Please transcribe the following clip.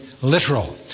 literal